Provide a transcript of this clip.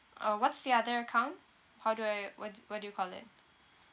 uh what's the other account how do I what what do you call that